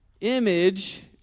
image